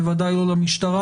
בוודאי לא למשטרה,